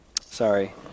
sorry